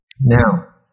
Now